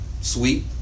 Sweet